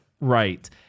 Right